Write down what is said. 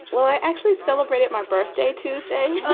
well, i actually celebrated my birthday tuesday